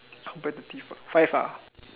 competitive five